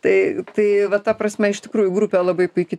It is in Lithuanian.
tai tai vat ta prasme iš tikrųjų grupė labai puiki